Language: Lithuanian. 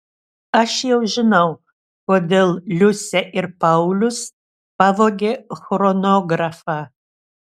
aš jau žinau kodėl liusė ir paulius pavogė chronografą